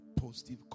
positive